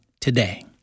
today